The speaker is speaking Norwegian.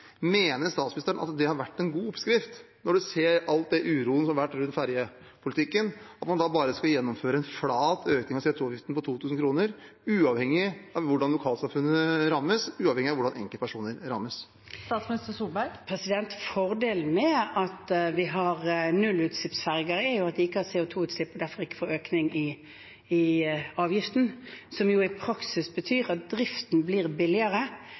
Mener statsministeren at det har vært en god oppskrift, når en ser all den uroen som har vært rundt ferjepolitikken, at man da bare skal gjennomføre en flat økning av CO 2 -avgiften på 2 000 kr, uavhengig av hvordan lokalsamfunn og enkeltpersoner rammes? Fordelen med at vi har nullutslippsferjer, er jo at de ikke har CO 2 -utslipp og derfor ikke får økning i avgiften, som i praksis betyr at driften av disse ferjene blir billigere